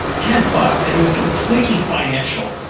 ten bucks! and it was completely financial.